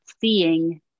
seeing